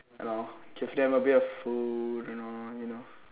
you know give them a bit of food you know you know